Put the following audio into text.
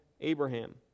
Abraham